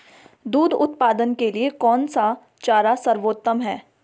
दूध उत्पादन के लिए कौन सा चारा सर्वोत्तम है?